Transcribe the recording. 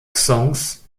songs